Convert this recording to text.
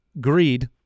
greed